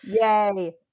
Yay